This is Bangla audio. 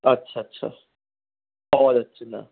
আচ্ছা আচ্ছা পাওয়া যাচ্ছেনা